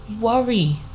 worry